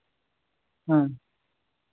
ᱦᱮᱸ